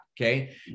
okay